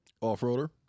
Off-roader